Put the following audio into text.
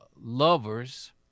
lovers